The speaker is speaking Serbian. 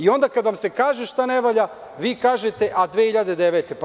Onda, kada vam se kaže šta ne valja, vi kažete – 2009. godine.